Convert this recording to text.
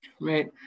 right